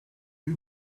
two